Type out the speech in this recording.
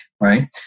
Right